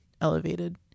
elevated